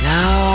Now